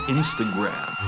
Instagram